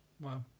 Wow